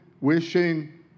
wishing